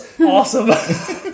awesome